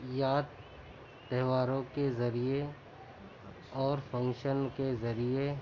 یا تہواروں کے ذریعے اور فنکشن کے ذریعے